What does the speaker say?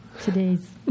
today's